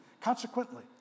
Consequently